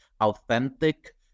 authentic